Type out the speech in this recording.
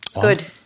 Good